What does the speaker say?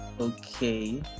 Okay